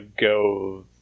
go